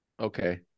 Okay